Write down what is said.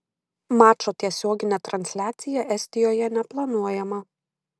mačo tiesioginė transliacija estijoje neplanuojama